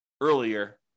earlier